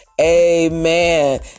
Amen